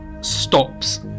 stops